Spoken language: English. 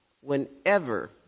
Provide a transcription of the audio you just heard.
whenever